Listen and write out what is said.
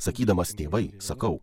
sakydamas tėvai sakau